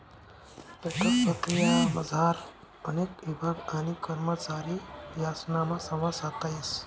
petrol प्रक्रियामझार अनेक ईभाग आणि करमचारी यासनामा संवाद साधता येस